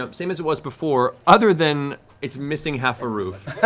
ah same as it was before, other than it's missing half a roof.